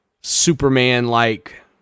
Superman-like